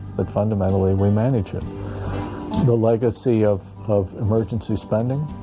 but fundamentally we manage it the legacy of of emergency spending